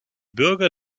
bürger